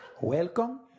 Welcome